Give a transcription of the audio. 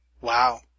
Wow